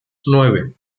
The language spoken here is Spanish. nueve